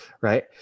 right